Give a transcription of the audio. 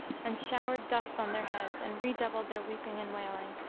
and showered dust on their heads and redoubled their weeping and wailing.